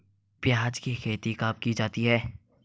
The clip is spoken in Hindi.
प्याज़ की खेती कब की जाती है?